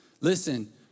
listen